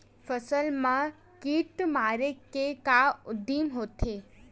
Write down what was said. फसल मा कीट मारे के का उदिम होथे?